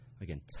again